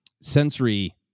sensory